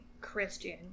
Christian